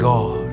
God